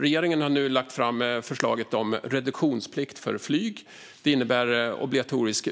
Regeringen har nu lagt fram förslaget om reduktionsplikt för flyg. Det innebär obligatorisk